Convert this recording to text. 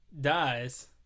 dies